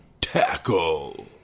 tackle